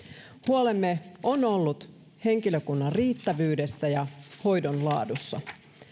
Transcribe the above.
huolemme on ollut henkilökunnan riittävyydessä ja hoidon laadussa